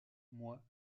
moi